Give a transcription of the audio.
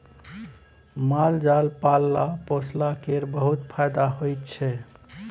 माल जाल पालला पोसला केर बहुत फाएदा होइ छै